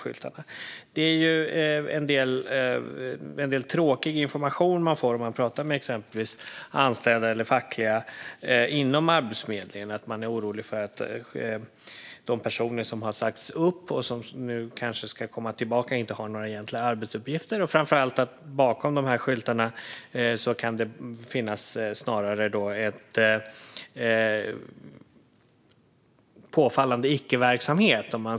Man får en del tråkig information om man talar med exempelvis anställda eller fackliga inom Arbetsförmedlingen. Det handlar om att man är orolig för att de personer som har sagts upp och nu kanske ska komma tillbaka inte har några egentliga arbetsuppgifter och framför allt att det bakom de här skyltarna snarare kan finnas en påfallande icke-verksamhet.